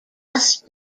must